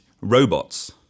robots